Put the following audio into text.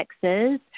Texas